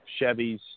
Chevys